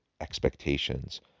expectations